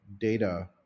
data